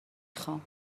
خوام